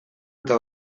eta